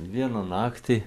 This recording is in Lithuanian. vieną naktį